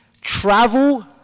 travel